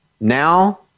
Now